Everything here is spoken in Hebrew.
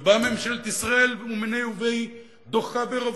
ובאה ממשלת ישראל ומיניה וביה דוחה ברוב